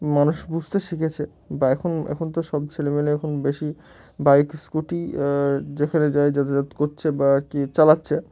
মানুষ বুঝতে শিখেছে বা এখন এখন তো সব ছেলে মেলে এখন বেশি বাইক স্কুটি যেখানে যায় যাতযাত করছে বা কি চালাচ্ছে